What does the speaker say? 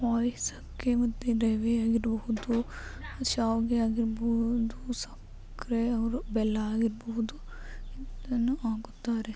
ಪಾಯಸಕ್ಕೆ ಹುರ್ದಿದ್ದ ರವೆ ಆಗಿರಬಹುದು ಶಾವಿಗೆ ಆಗಿರಬೋದು ಸಕ್ಕರೆ ಓರ್ ಬೆಲ್ಲ ಆಗಿರಬೋದು ಇದನ್ನು ಹಾಕುತ್ತಾರೆ